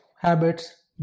habits